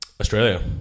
Australia